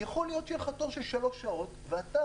יכול להיות שיהיה לך תור של שלוש שעות ואתה